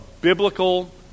biblical